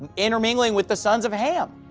and intermingling with the sons of ham.